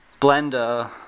blender